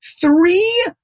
three